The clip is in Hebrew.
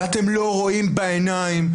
ואתם לא רואים בעיניים.